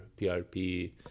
PRP